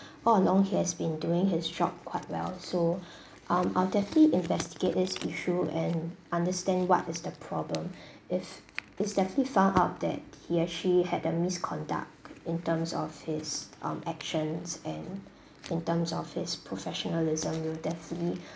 all along he has been doing his job quite well so um I'll definitely investigate this issue and understand what is the problem if it's definitely found out that he actually had a misconduct in terms of his um actions and in terms of his professionalism we'll definitely